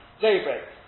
daybreak